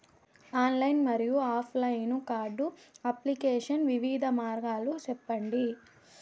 Online మరియు offline card application వివిధ మార్గాలు సెప్పండి?